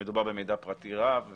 שמדובר במידע פרטי רב ורגיש,